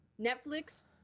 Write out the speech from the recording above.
Netflix